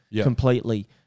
completely